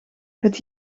het